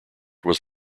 was